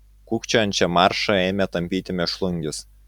kūkčiojančią maršą ėmė tampyti mėšlungis